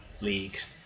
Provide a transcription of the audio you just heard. leagues